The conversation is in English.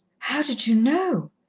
how did you know?